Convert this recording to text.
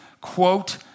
quote